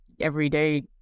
everyday